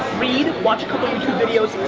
read, watch a couple youtube videos.